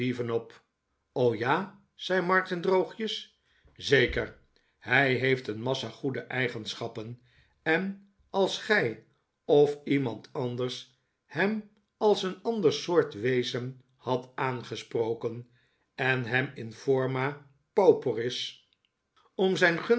ja zei martin droogjes zeker hij heeft een massa goede eigenschappen en als gij of iemand anders hem als een ander soort wezen hadt aangesproken en hem in forma pauperis om zijn